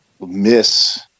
miss